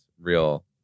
real